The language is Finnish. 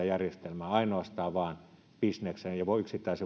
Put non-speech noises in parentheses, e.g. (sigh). (unintelligible) järjestelmää ainoastaan bisneksen ja yksittäisen voitontavoittelun